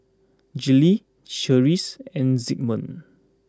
Gillie Clarice and Zigmund